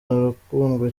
arakundwa